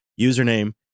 username